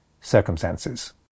circumstances